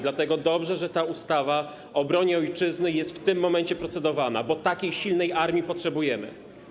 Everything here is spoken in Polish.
Dlatego dobrze, że ustawa o obronie Ojczyzny jest w tym momencie procedowana, bo takiej silnej armii potrzebujemy.